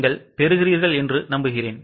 நீங்கள் பெறுகிறீர்களா